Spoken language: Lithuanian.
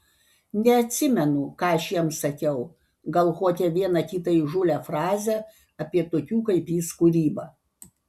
neatsimenu ką aš jam sakiau gal kokią vieną kitą įžūlią frazę apie tokių kaip jis kūrybą